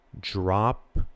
Drop